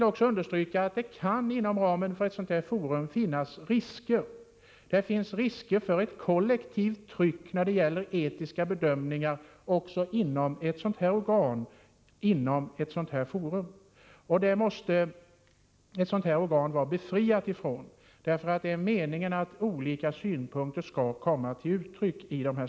Också inom ramen för detta forum kan det finnas risker för ett kollektivt tryck när det gäller etiska bedömningar. Det måste ett sådant här organ vara befriat från. Meningen är att olika synpunkter skall komma till uttryck.